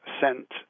sent